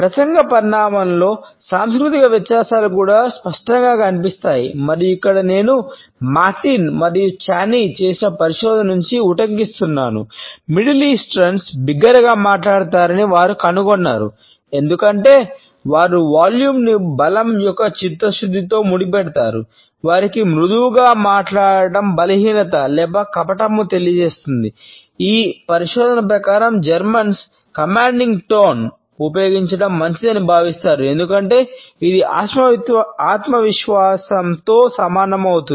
ప్రసంగ పరిమాణంలో సాంస్కృతిక వ్యత్యాసాలు కూడా స్పష్టంగా కనిపిస్తాయి మరియు ఇక్కడ నేను మార్టిన్ ఉపయోగించడం మంచిదని భావిస్తారు ఎందుకంటే ఇది ఆత్మవిశ్వాసంతో సమానం అవుతుంది